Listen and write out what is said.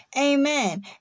Amen